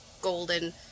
golden